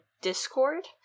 Discord